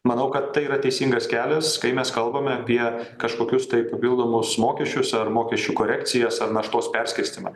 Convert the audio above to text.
manau kad tai yra teisingas kelias kai mes kalbame apie kažkokius tai papildomus mokesčius ar mokesčių korekcijas ar naštos perskirstymą